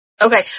Okay